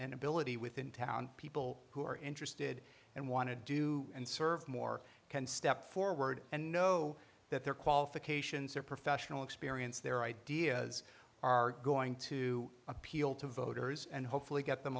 and ability within town people who are interested and want to do and serve more can step forward and know that their qualifications their professional experience their ideas are going to appeal to voters and hopefully get them